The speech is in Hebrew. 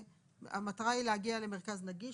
המטרה היא להגיע למרכז נגיש.